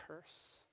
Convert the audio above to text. curse